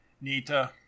Nita